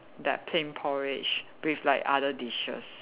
that plain porridge with like other dishes